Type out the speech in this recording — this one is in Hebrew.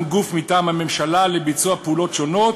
גוף מטעם הממשלה לביצוע פעולות שונות,